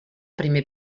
primer